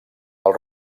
pel